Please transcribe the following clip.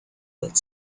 that